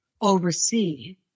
oversee